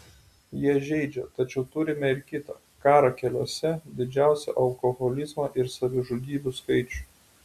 jie žeidžia tačiau turime ir kita karą keliuose didžiausią alkoholizmą ir savižudybių skaičių